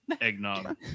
eggnog